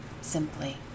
simply